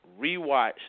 rewatch